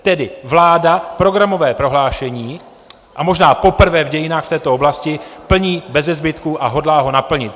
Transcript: Tedy vláda programové prohlášení, a možná poprvé v dějinách, v této oblasti plní beze zbytku a hodlá ho naplnit.